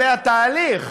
כמה דברים לגבי התהליך,